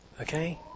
Okay